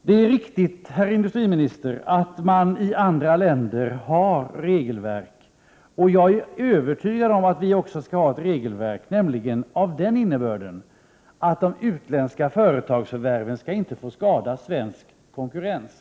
Det är riktigt, herr industriminister, att man i andra länder har regelverk, och jag är övertygad om att också vi skall ha ett regelverk, nämligen av den innebörden att de utländska företagsförvärven inte skall få skada svensk konkurrens.